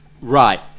Right